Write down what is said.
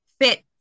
fit